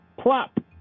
plop